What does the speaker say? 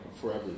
forever